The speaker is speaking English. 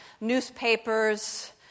newspapers